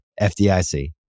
FDIC